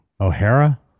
O'Hara